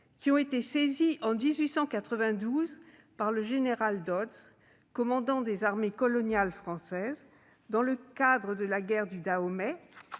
qui ont été saisis en 1892 par le général Dodds, commandant des armées coloniales françaises, dans le cadre de la guerre du Dahomey,